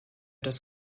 das